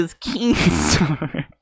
Kingstar